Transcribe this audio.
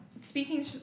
Speaking